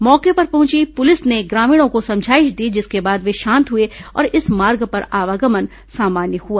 मौके पर पहुंची पुलिस ने ग्रामीणों को समझाइश दी जिसके बाद वे शांत हुए और इस मार्ग पर आवागमन सामान्य हुआ